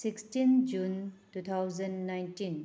sixteen June two thousand nineteen